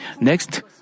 Next